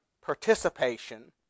participation